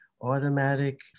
automatic